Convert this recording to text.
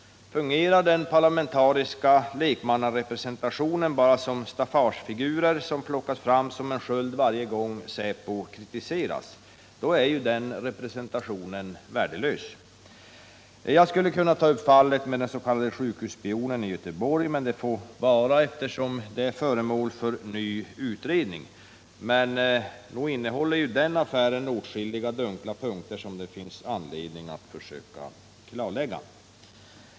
Fungerar den parlamentariska lekmannarepresentationen bara som staffagefigurer som plockas fram som en sköld varje gång säpo kritiseras då är den representationen värdelös. Jag skulle kunna ta upp fallet med den s.k. sjukhusspionen i Göteborg, men det får vara, eftersom den frågan är föremål för ny utredning. Men nog innehåller den affären åtskilliga dunkla punkter som det finns anledning att försöka klarlägga.